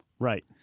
Right